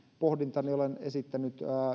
pohdintani olen esittänyt